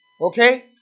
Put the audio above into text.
Okay